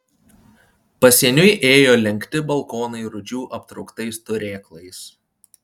pasieniui ėjo lenkti balkonai rūdžių aptrauktais turėklais